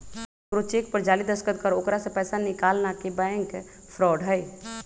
केकरो चेक पर जाली दस्तखत कर ओकरा से पैसा निकालना के बैंक फ्रॉड हई